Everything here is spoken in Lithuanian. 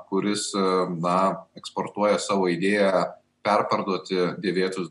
kuris na eksportuoja savo idėją perparduoti dėvėtus